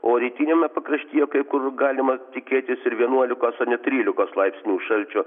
o rytiniame pakraštyje kai kur galima tikėtis ir vienuolikos trylikos laipsnių šalčio